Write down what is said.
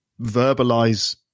verbalize